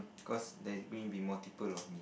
cause there is going to be multiple of me